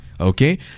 okay